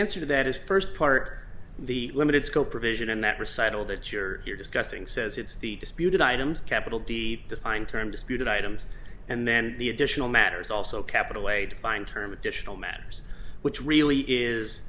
answer to that is first part the limited scope provision and that recital that you're here discussing says it's the disputed items capital d defined term disputed items and then the additional matters also capital way defined term additional matters which really is